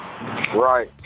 Right